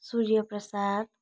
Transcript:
Surya Prasad